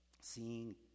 seeing